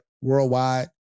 worldwide